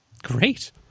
Great